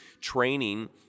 training